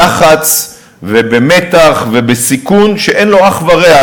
בלחץ, במתח ובסיכון שאין לו אח ורע.